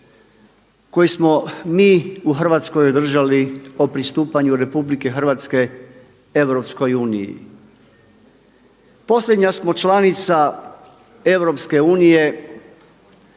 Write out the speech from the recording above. koji smo mi u Hrvatskoj održali o pristupanju RH Europskoj Uniji. Posljednja smo članica EU, 28.-ma